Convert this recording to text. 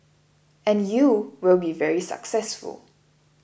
and you will be very successful